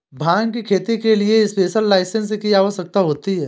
भांग की खेती के लिए स्पेशल लाइसेंस की आवश्यकता होती है